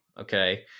Okay